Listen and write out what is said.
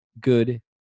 good